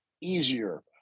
easier